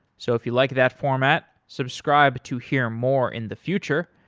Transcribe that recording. so if you like that format, subscribe to hear more in the future.